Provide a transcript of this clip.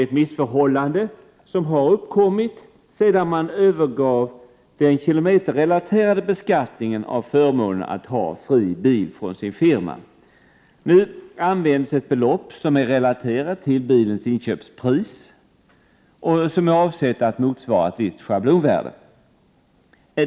Ett missförhållande har uppkommit sedan man övergav den kilometerrelaterade beskattningen av förmånen att ha fri bil från sin firma. Nu används ett belopp som är relaterat till bilens inköpspris och som är avsett att motsvara ett visst schablonvärde.